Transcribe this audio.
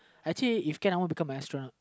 actually if can I want to become an astronaut